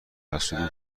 حسودیم